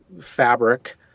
fabric